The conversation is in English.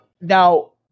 Now